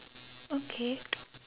okay